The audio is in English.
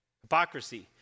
Hypocrisy